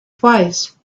twice